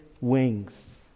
wings